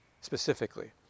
specifically